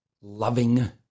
loving